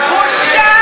בושה.